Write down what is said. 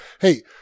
hey